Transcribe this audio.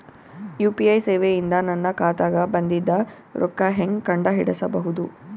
UPI ಸೇವೆ ಇಂದ ನನ್ನ ಖಾತಾಗ ಬಂದಿದ್ದ ರೊಕ್ಕ ಹೆಂಗ್ ಕಂಡ ಹಿಡಿಸಬಹುದು?